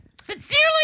Sincerely